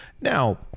Now